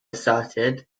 asserted